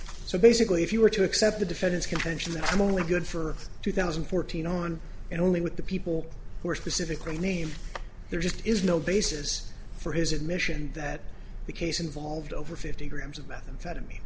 so basically if you were to accept the defendant's contention that i'm only good for two thousand and fourteen on and only with the people who are specifically named there just is no basis for his admission that the case involved over fifty grams of